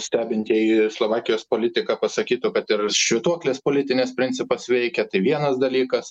stebintieji slovakijos politiką pasakytų kad ir švytuoklės politinis principas veikia tai vienas dalykas